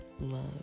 love